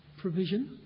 provision